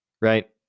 right